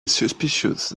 suspicious